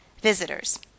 Visitors